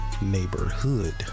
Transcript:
neighborhood